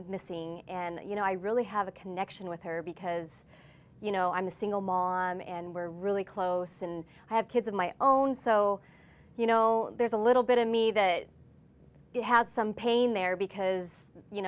missing and you know i really have a connection with her because you know i'm a single mom and we're really close and i have kids of my own so you know there's a little bit of me that has some pain there because you